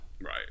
Right